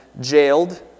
jailed